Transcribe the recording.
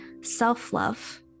self-love